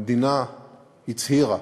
המדינה הצהירה